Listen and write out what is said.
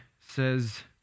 says